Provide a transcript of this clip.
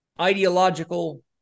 ideological